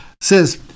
says